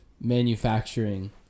manufacturing